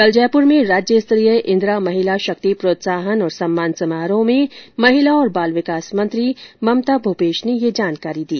कल जयपुर में राज्य स्तरीय इंदिरा महिला शक्ति प्रोत्साहन और सम्मान समारोह में महिला और बाल विकास मंत्री ममता भूपेश ने ये जानकारी दी